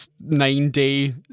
nine-day